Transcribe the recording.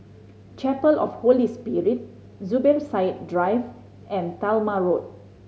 Chapel of Holy Spirit Zubir Said Drive and Talma Road